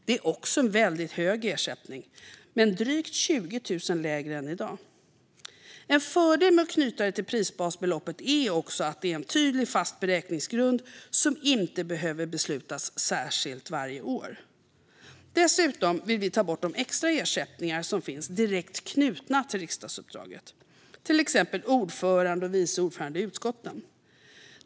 Det är också en väldigt hög ersättning men drygt 20 000 kronor lägre än i dag. En fördel med att knyta det till prisbasbeloppet är också att det är en tydlig och fast beräkningsgrund som inte behöver beslutas särskilt varje år. Dessutom vill vi ta bort de extra ersättningar som finns direkt knutna till riksdagsuppdraget, till exempel ersättningar för uppdrag som ordförande och vice ordförande i utskotten.